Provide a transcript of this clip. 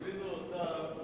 הזמינו אותם,